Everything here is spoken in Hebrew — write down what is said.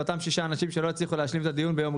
לאותם שישה אנשים שלא הצליחו לעשות זאת קודם.